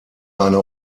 eine